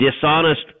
dishonest